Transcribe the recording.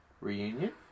reunion